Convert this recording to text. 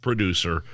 Producer